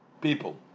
people